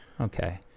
Okay